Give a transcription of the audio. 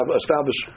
establish